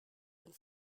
and